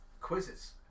quizzes